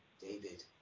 David